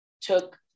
took